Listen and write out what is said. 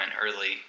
early